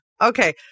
okay